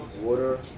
water